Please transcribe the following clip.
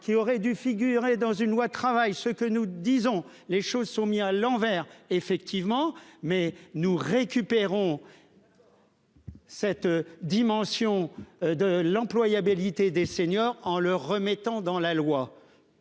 qui auraient dû figurer dans une loi travail ce que nous disons, les choses sont mis à l'envers, effectivement mais nous récupérons. D'accord. Cette dimension de l'employabilité des seniors en le remettant dans la loi.